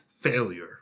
failure